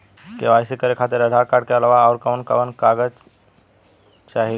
KYC करे खातिर Aadhaar card के अलावा आउरकवन कवन कागज चाहीं?